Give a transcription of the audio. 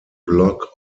blog